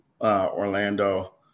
Orlando